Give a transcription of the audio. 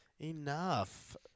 Enough